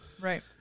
Right